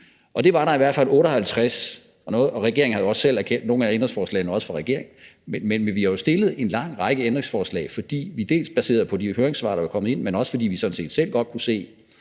dem var der i hvert fald 58 af, og regeringen har jo også selv erkendt noget, for nogle af ændringsforslagene er også fra regeringen. Men vi har jo stillet en lang række ændringsforslag dels baseret på de høringssvar, der var kommet ind, dels fordi vi selv godt kunne se